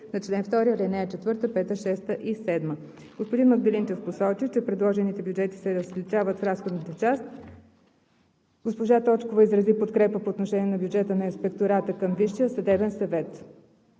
на чл. 2, ал. 4, 5, 6 и 7. Господин Магдалинчев посочи, че предложените бюджети се различават в разходната част. Госпожа Точкова изрази подкрепа по отношение на бюджета на Инспектората към Висшия съдебен съвет.